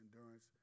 endurance